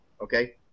Okay